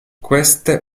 queste